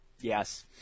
Yes